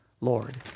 Lord